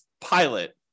pilot